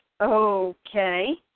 Okay